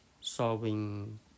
solving